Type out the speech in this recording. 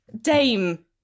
dame